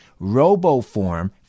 RoboForm